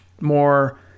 more